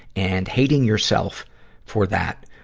and hating yourself for that,